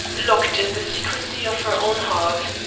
locked in the secrecy of her own heart,